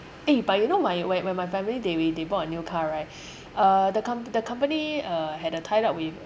eh but you know my my when my family they they bought a new car right uh the com~ the company uh had a tied up with